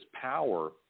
power